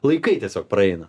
laikai tiesiog praeina